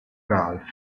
ralph